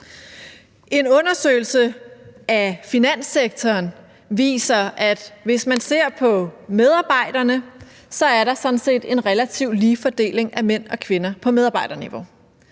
En undersøgelse af finanssektoren viser, at hvis man ser på medarbejderne, er der sådan set en relativt lige fordeling af mænd og kvinder på medarbejderniveau,